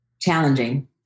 challenging